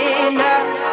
enough